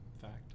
fact